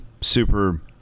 super